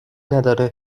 نداره